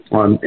on